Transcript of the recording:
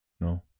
No